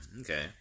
Okay